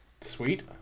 Sweet